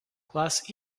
glass